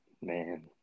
man